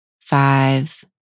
Five